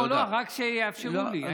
לא, לא, רק שיאפשרו לי.